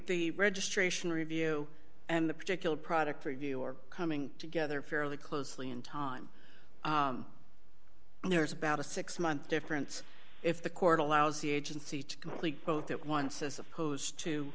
the registration review and the particular product review are coming together fairly closely in time and there's about a six month difference if the court allows the agency to complete both at once as opposed to